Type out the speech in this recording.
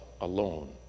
alone